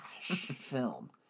film